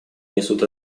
несут